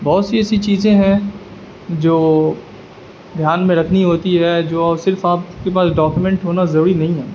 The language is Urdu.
بہت سی ایسی چیزیں ہیں جو دھیان میں رکھنی ہوتی ہے جو صرف آپ کے پاس ڈاکیومنٹ ہونا ضروری نہیں ہے